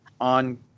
on